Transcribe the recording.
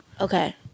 Okay